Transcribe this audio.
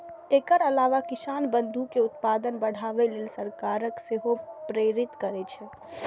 एकर अलावा किसान बंधु कें उत्पादन बढ़ाबै लेल सरकार सेहो प्रेरित करै छै